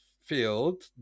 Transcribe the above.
field